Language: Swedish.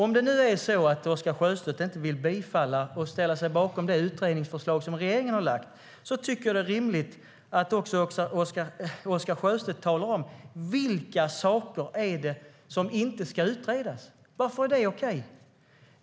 Om Oscar Sjöstedt inte vill bifalla och ställa sig bakom det utredningsförslag som regeringen har lagt fram tycker jag att det vore rimligt att Oscar Sjöstedt också talar om vilka saker det är som inte ska utredas.